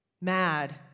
mad